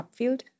Upfield